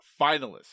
finalists